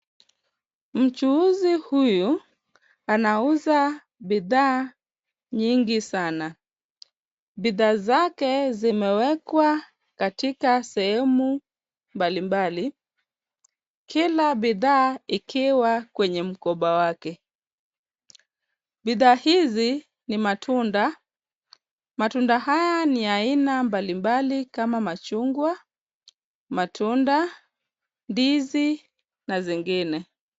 Mchuuzi huyu anauza bidhaa nyingi sana. Bidhaa zake zimewekwa katika sehemu mbalimbali. Kila bidhaa ikiwa kwenye mkoba wake. Bidhaa hizi ni matunda. Matunda haya ni ya aina mbalimbali kama machungwa, matunda, ndizi na zingine.